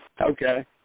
okay